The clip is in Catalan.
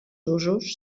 usos